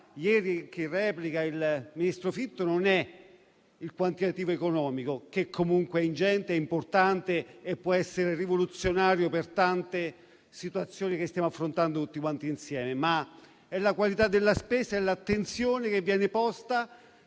ieri il ministro Fitto, e non è il quantitativo economico, che comunque è ingente e importante e può essere rivoluzionario per tante situazioni che stiamo affrontando tutti quanti insieme, ma è la qualità della spesa e l'attenzione che viene posta